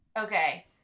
okay